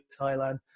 Thailand